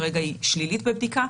כרגע היא שלילית בבדיקה.